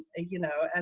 ah you know, and